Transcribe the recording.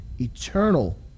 eternal